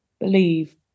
believe